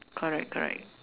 correct correct